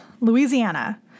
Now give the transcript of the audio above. Louisiana